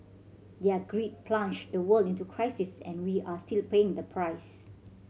their greed plunged the world into crisis and we are still paying the price